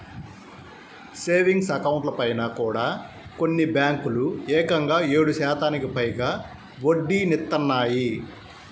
savings అకౌంట్లపైన కూడా కొన్ని బ్యేంకులు ఏకంగా ఏడు శాతానికి పైగా వడ్డీనిత్తన్నాయి